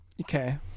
Okay